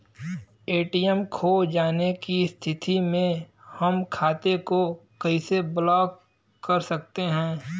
ATM खो जाने की स्थिति में हम खाते को कैसे ब्लॉक कर सकते हैं?